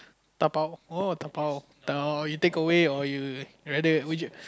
dabao oh dabao you take away or you rather would you